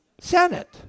Senate